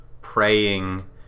praying